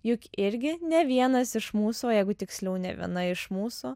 juk irgi ne vienas iš mūsų o jeigu tiksliau ne viena iš mūsų